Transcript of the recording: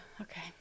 Okay